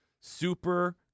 super